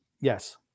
Yes